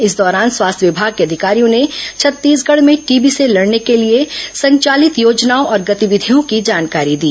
इस दौरान स्वास्थ्य विभाग के अधिकारियों ने छत्तीसगढ़ में टीबी से लड़ने के लिए संचालित योजनाओं और गतिविधियों की जानकारी दी